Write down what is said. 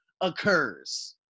occurs